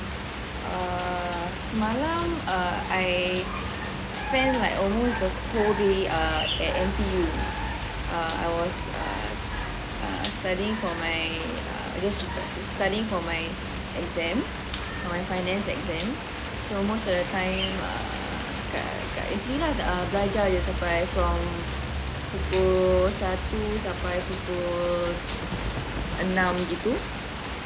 err semalam uh I spend like almost for the whole day at N_T_U err I was studying for my studying for my exam for my finance exam so most of the time err kat kat N_T_U lah belajar jer sampai from pukul satu sampai pukul enam gitu